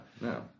no